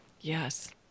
Yes